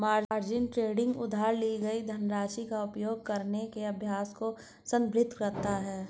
margin trading उधार ली गई धनराशि का उपयोग करने के अभ्यास को संदर्भित करता है